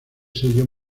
sello